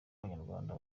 abanyarwanda